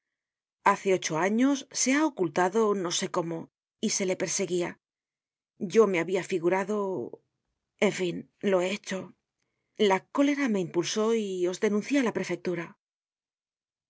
hace ocho años se ha ocultado no sé cómo y se le perseguia yo me habia figurado en fin lo he hecho la cólera me impulsó y os denuncié á la prefectura